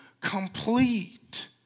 complete